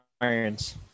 Irons